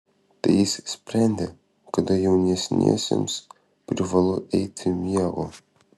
tai jis sprendė kada jaunesniesiems privalu eiti miego